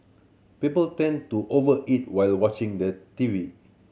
people tend to over eat while watching the T V